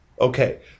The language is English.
Okay